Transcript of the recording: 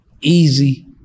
easy